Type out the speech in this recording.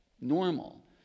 normal